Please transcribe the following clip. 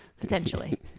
potentially